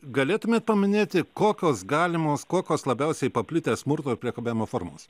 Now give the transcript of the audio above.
galėtumėte paminėti kokios galimos kuokos labiausiai paplitęs smurto ir priekabiavimo formos